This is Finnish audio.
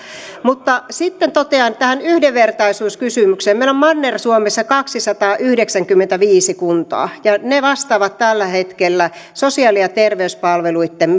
mutta sitten totean tähän yhdenvertaisuuskysymykseen meillä on manner suomessa kaksisataayhdeksänkymmentäviisi kuntaa ja ne vastaavat tällä hetkellä myös sosiaali ja terveyspalveluitten